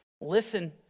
Listen